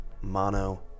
Mono